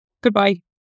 Goodbye